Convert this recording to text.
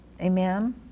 Amen